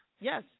Yes